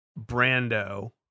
Brando